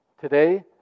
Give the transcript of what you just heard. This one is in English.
Today